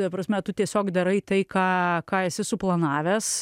ta prasme tu tiesiog darai tai ką ką esi suplanavęs